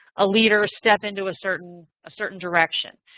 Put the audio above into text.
a leader step into a certain a certain direction.